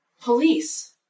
police